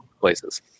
places